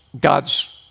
God's